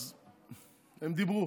הם דיברו,